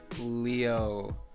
Leo